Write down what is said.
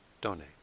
donate